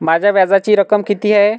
माझ्या व्याजाची रक्कम किती आहे?